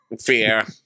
fear